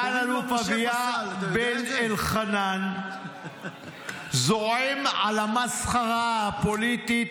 "סגן אלוף אביה בן אלחנן זועם על המסחרה הפוליטית",